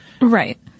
Right